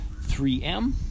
3M